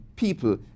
people